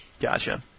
Gotcha